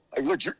look